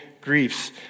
griefs